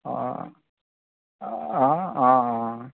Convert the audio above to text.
অ অ অ অ অ